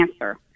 answer